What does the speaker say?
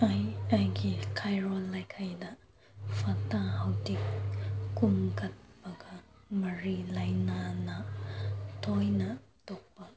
ꯑꯩ ꯑꯩꯒꯤ ꯀꯩꯔꯣꯜ ꯂꯩꯀꯥꯏꯗ ꯐꯠꯇ ꯍꯥꯎꯗꯤ ꯈꯣꯝꯒꯠꯄꯒ ꯃꯔꯤ ꯂꯩꯅꯅ ꯇꯣꯏꯅ ꯇꯣꯛꯄ